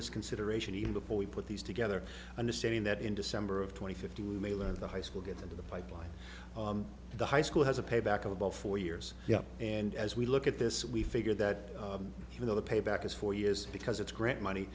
this consideration even before we put these together understanding that in december of twenty fifty we may let the high school get into the pipeline the high school has a payback of about four years yeah and as we look at this we figure that you know the payback is four years because it's grant money